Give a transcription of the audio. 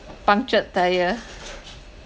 punctured tyre